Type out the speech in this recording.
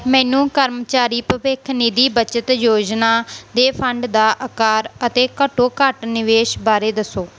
ਮੈਨੂੰ ਕਰਮਚਾਰੀ ਭਵਿੱਖ ਨਿਧੀ ਬੱਚਤ ਯੋਜਨਾ ਦੇ ਫੰਡ ਦਾ ਆਕਾਰ ਅਤੇ ਘੱਟੋ ਘੱਟ ਨਿਵੇਸ਼ ਬਾਰੇ ਦੱਸੋ